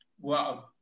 Wow